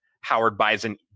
Howard-Bison